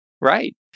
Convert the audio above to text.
Right